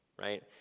right